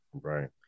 right